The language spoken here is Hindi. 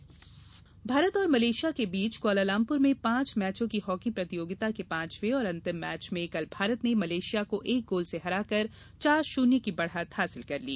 महिला हॉकी भारत और मलेशिया के बीच क्वालालम्पुर में पांच मैचों की हॉकी प्रतियोगिता के पांचवें और अंतिम मैच में कल भारत ने मलेशिया को एक गोल से हरा कर चार शून्य की बढ़त हासिल कर ली